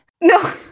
No